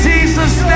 Jesus